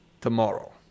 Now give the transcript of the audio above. tomorrow